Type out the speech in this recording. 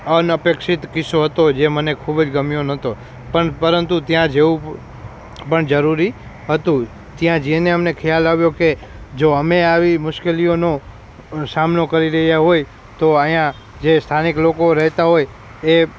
અનઅપેક્ષિત કિસ્સો હતો જે મને ખૂબ જ ગમ્યો ન હતો પરંતુ ત્યાં જવું પણ જરૂરી હતું ત્યાં જઇને અમને ખ્યાલ આવ્યો કે જો અમે આવી મુશ્કેલીઓનો કરી રહ્યાં હોય તો અહીંયા જે સ્થાનિક લોકો રહેતાં હોય એ